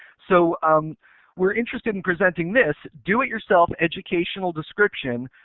so we're interested in presenting this do it yourself, educational description